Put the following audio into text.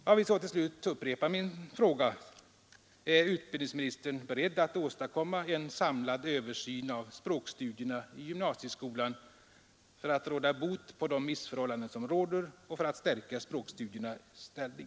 Jag vill till sist upprepa min fråga: Är utbildningsministern beredd att åstadkomma en samlad översyn av språkstudierna i gymnasieskolan för att råda bot på de missförhållanden som råder och för att stärka språkstudiernas ställning?